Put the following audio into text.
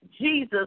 Jesus